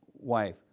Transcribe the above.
wife